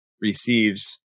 receives